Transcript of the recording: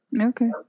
Okay